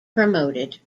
promoted